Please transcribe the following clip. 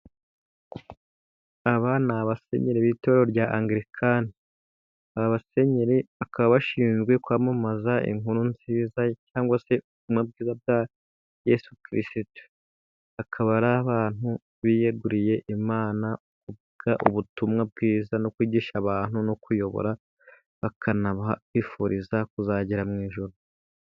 Aba ni abasenyeri b'itorero rya anglikanani aba basenyeri, bakaba bashinzwe kwamamaza inkuru nziza cyangwa se ubutumwa bwiza bwa yesu krisitu, bakaba ari abantu biyeguriye Imana kuvuga ubutumwa bwiza no kwigisha abantu, no kuyobora bakanabifuriza kuzagera mu ijuru.